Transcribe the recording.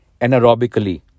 anaerobically